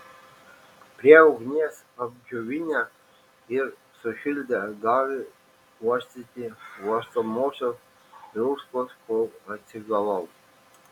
prie ugnies apdžiovinę ir sušildę davė uostyti uostomosios druskos kol atsigavau